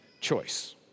choice